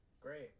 Great